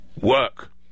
work